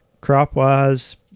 Crop-wise